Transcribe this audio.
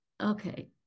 okay